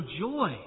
joy